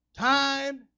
Time